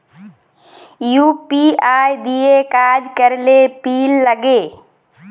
UPI দিঁয়ে কাজ ক্যরলে পিল লাগে